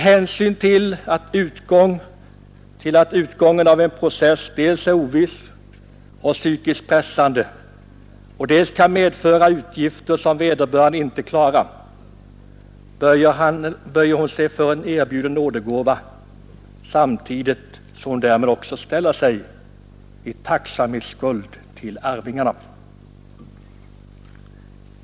Eftersom utgången av en process dels är oviss och psykiskt pressande, dels kan medföra utgifter som vederbörande inte klarar av, böjer hon sig för en erbjuden nådegåva, samtidigt som hon därmed också ställer sig i tacksamhetsskuld till arvingarna.